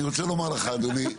אני רוצה לומר לך אדוני,